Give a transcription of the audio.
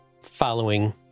following